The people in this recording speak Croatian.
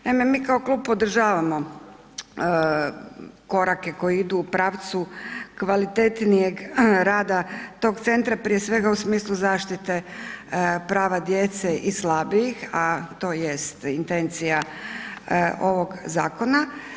Naime, mi kao klub podržavamo korake koji idu u pravcu kvalitetnijeg rada tog centra, prije svega u smislu zaštite prava djece i slabijih, a to jest intencija ovog zakona.